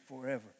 forever